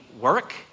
work